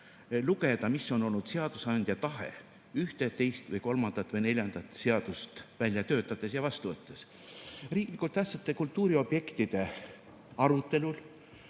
lugeda, mis on olnud seadusandja tahe ühte, teist, kolmandat või neljandat seadust välja töötades ja vastu võttes. Riiklikult tähtsate kultuuriobjektide arutelul